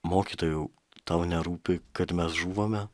mokytojau tau nerūpi kad mes žūvame